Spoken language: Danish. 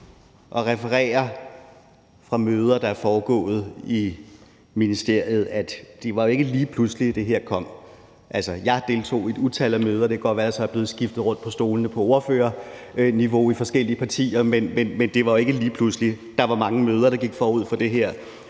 at referere fra møder, der er foregået i ministeriet, at det ikke var lige pludselig, det her kom. Altså, jeg deltog i et utal af møder, og det kan godt være, at der så er blevet skiftet rundt på stolene på ordførerniveau i forskellige partier, men det var jo ikke lige pludselig. Der var mange møder, der gik forud for det her,